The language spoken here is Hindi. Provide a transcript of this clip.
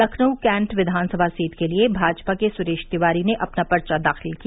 लखनऊ कैन्ट विधानसभा सीट के लिये भाजपा के सुरेश तिवारी ने अपना पर्चा दाखिल किया